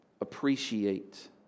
appreciate